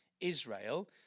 Israel